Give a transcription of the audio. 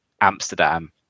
Amsterdam